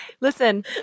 listen